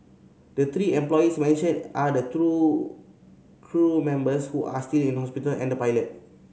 the three employees mentioned are the two crew members who are still in hospital and the pilot